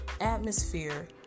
atmosphere